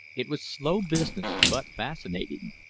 it was slow business, but fascinating.